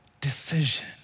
decision